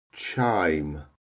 chime